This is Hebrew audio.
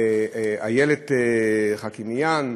לאיילת חאקמיאן,